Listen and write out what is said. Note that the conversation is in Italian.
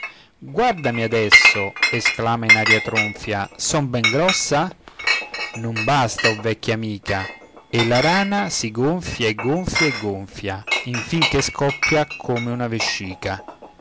guardami adesso esclama in aria tronfia son ben grossa non basta o vecchia amica e la rana si gonfia e gonfia e gonfia infin che scoppia come una vescica